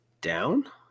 down